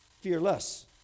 fearless